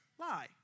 lie